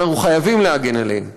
ואנחנו חייבים להגן עליהם.